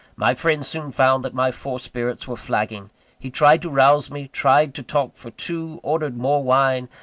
my friend soon found that my forced spirits were flagging he tried to rouse me, tried to talk for two, ordered more wine,